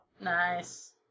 Nice